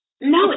No